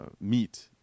meet